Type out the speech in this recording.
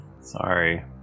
Sorry